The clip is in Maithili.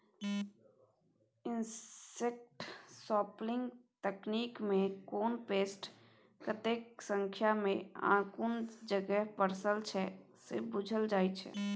इनसेक्ट सैंपलिंग तकनीकमे कोन पेस्ट कतेक संख्यामे आ कुन जगह पसरल छै से बुझल जाइ छै